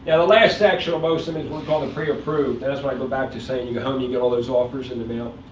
and the last section on most of these, and we'll call the pre-approved. that's when i go back to saying, you go home, you get all those offers in the mail.